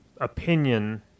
opinion